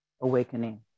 awakening